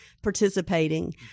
Participating